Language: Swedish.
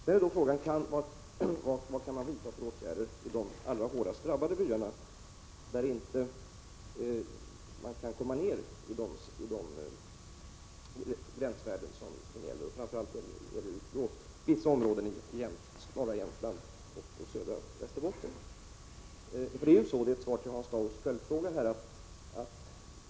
Sedan är då frågan vad man kan vidta för åtgärder i de allra hårdast drabbade byarna, där man inte kan komma ned till gällande gränsvärden — det gäller då framför allt vissa områden i norra Jämtland och södra Västerbotten.